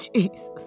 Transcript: Jesus